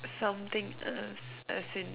something else as in